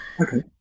Okay